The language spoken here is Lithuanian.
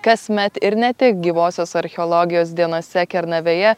kasmet ir ne tik gyvosios archeologijos dienose kernavėje